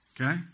okay